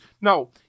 No